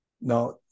Now